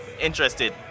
interested